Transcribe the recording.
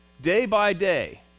Day-by-day